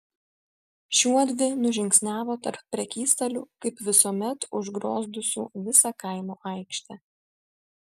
šiuodvi nužingsniavo tarp prekystalių kaip visuomet užgriozdusių visą kaimo aikštę